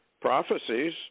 prophecies